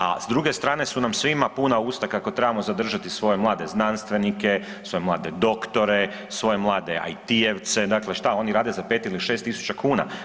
A s druge strane su nam svima puna usta kako trebamo zadržati svoje mlade znanstvenike, svoje mlade doktore, svoje mlade IT-jevce, dakle šta, oni rade za 5 ili 6 tisuća kuna?